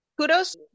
Kudos